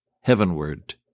heavenward